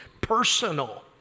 personal